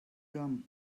gum